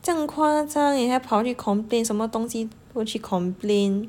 这样夸张也要跑去 complain 什么东西都去 complain